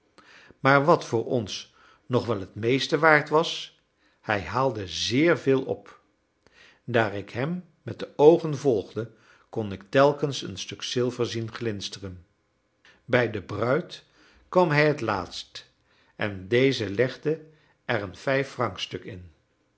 maar wat voor ons nog wel het meeste waard was hij haalde zeer veel op daar ik hem met de oogen volgde kon ik telkens een stuk zilver zien glinsteren bij de bruid kwam hij het laatst en deze legde er een vijf